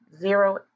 zero